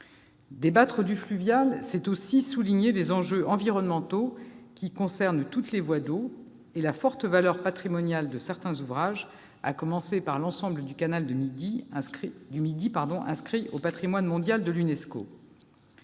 Débattre du fluvial, c'est aussi souligner les enjeux environnementaux qui concernent toutes les voies d'eau, et la forte valeur patrimoniale de certains ouvrages, à commencer par l'ensemble du canal du Midi, inscrit au patrimoine mondial de l'UNESCO.